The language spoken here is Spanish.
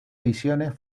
visiones